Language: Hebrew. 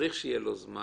צריך שיהיה לו זמן,